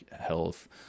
health